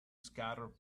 scattered